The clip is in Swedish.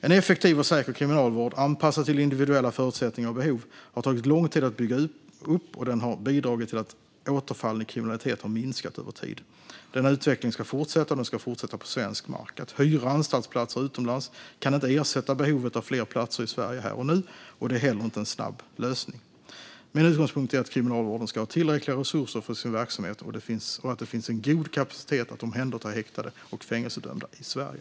En effektiv och säker kriminalvård anpassad till individuella förutsättningar och behov har tagit lång tid att bygga upp, och den har bidragit till att återfallen i kriminalitet har minskat över tid. Denna utveckling ska fortsätta, och den ska fortsätta på svensk mark. Att hyra anstaltsplatser utomlands kan inte ersätta behovet av fler platser i Sverige här och nu, och det är heller inte en snabb lösning. Min utgångspunkt är att Kriminalvården ska ha tillräckliga resurser för sin verksamhet och att det finns en god kapacitet att omhänderta häktade och fängelsedömda i Sverige.